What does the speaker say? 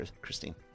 christine